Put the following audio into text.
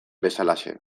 bezalaxe